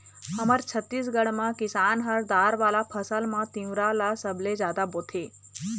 हमर छत्तीसगढ़ म किसान ह दार वाला फसल म तिंवरा ल सबले जादा बोथे